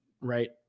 right